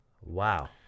Wow